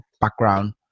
background